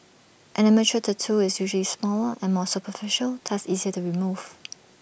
an amateur tattoo is usually smaller and more superficial thus easier to remove